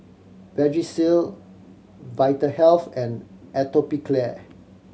Vagisil Vitahealth and Atopiclair